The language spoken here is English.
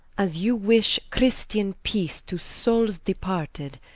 as you wish christian peace to soules departed,